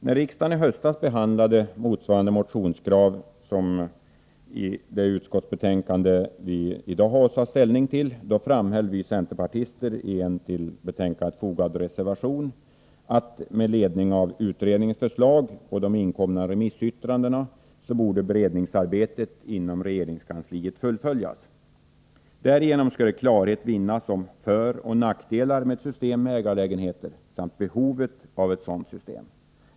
När riksdagen i höstas behandlade ett motionskrav motsvarande kravet i det utskottsbetänkande som vi i dag har att ta ställning till, framhöll vi centerpartister i en till betänkandet fogad reservation att med ledning av utredningens förslag och de inkomna remissyttrandena beredningsarbetet inom regeringskansliet borde fullföljas. Därigenom skulle klarhet vinnas om föroch nackdelar med ett system med ägarlägenheter samt om behovet av ett sådant system.